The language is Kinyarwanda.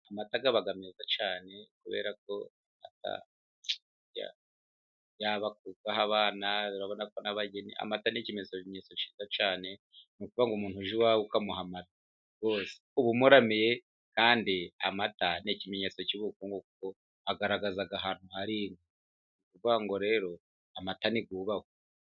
Amata aba meza cyane kubera ko yaba kayaha abana, urabona ko bayaha n'abageni. Amata ni ikimenyetso kiza cyane. Ni ukuvuga ko umuntu uje iwawe ukamuha amata, rwose uba umuramiye. Kandi amata ni ikimenyetso cy'ubukungu kuko agaragaza ahantu hari inka. Ni ukuvuga ngo rero amata niyubahwe.